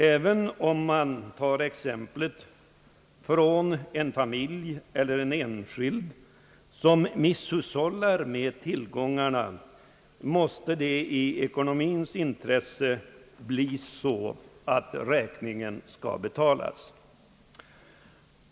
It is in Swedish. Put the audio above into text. Även om man tar exemplet en familj eller en enskild, som misshushållar med tillgångarna, måste det ju i ekonomiens namn bli så att räkningen skall betalas.